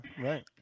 right